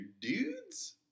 dudes